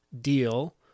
deal